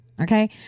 Okay